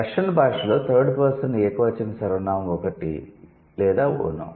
Russian భాషలో third person ఏకవచన సర్వనామం ఒకటి లేదా 'ఒనో'